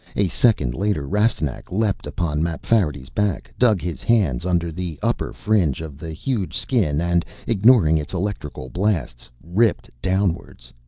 a second later, rastignac leaped upon mapfarity's back, dug his hands under the upper fringe of the huge skin and, ignoring its electrical blasts, ripped downwards.